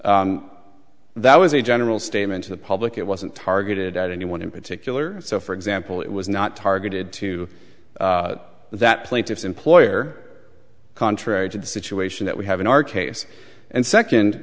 is that was a general statement to the public it wasn't targeted at anyone in particular so for example it was not targeted to that plaintiff's employer contrary to the situation that we have in our case and